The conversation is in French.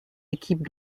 équipes